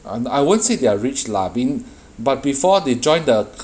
um I won't say they're rich lah being but before they joined the